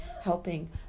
helping